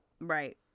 right